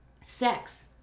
sex